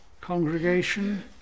congregation